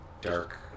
dark